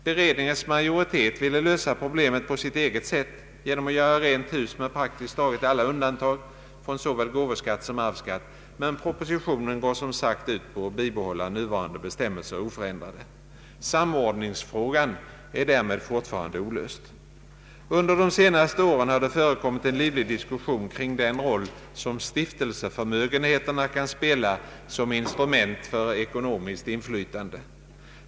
Beredningens majoritet ville lösa problemet på sitt eget sätt — genom att göra rent hus med praktiskt taget alla undantag från såväl gåvoskatt som arvsskatt — men propositionen går som sagt ut på att bibehålla nuvarande bestämmelser oförändrade. Samordningsfrågan är därmed fortfarande olöst. Under de senaste åren har det förekommit en livlig diskussion kring den roll som stiftelseförmögenheterna kan spela som instrument för ekonomiskt inflytande.